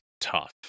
tough